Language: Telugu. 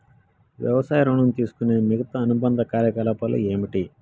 వ్యవసాయ ఋణం తీసుకునే మిగితా అనుబంధ కార్యకలాపాలు ఏమిటి?